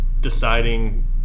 deciding